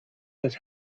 that